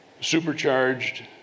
supercharged